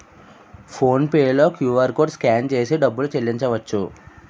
phone pay లో QR code scan చేసి డబ్బులు చెల్లించవచ్చు